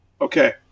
Okay